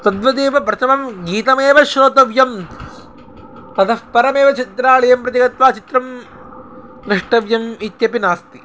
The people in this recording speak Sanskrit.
तद्वदेव प्रथमं गीतमेव श्रोतव्यं ततः परमेव चित्रालयं प्रति गत्वा चित्रं द्रष्टव्यम् इत्यपि नास्ति